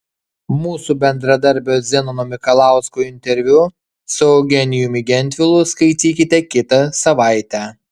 mūsų bendradarbio zenono mikalausko interviu su eugenijumi gentvilu skaitykite kitą savaitę